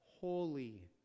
Holy